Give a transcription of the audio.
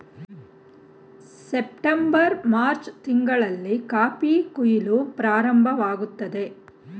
September March ತಿಂಗಳಲ್ಲಿ coffee ಕುಯಿಲು ಪ್ರಾರಂಭವಾಗುತ್ತದೆ